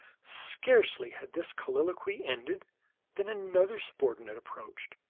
scarcely had this colloquy ended than another subordinate approached.